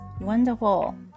wonderful